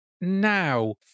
now